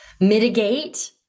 mitigate